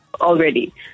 Already